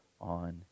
on